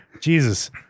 Jesus